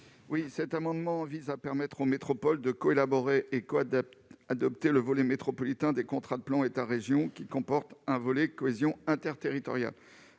Cet amendement vise à permettre aux métropoles de coélaborer et coadopter le volet métropolitain des contrats de plan État-région, qui comporte un volet de cohésion interterritoriale.